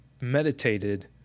meditated